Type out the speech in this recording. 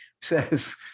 Says